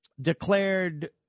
declared